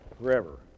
forever